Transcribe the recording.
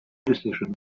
decisions